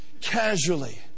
casually